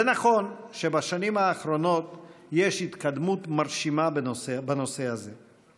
זה נכון שבשנים האחרונות יש התקדמות מרשימה בנושא הזה.